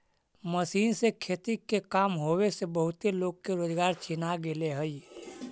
machine से खेती के काम होवे से बहुते लोग के रोजगार छिना गेले हई